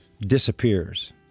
disappears